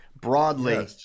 broadly